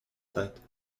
tête